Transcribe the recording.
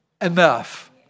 enough